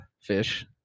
fish